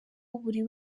buri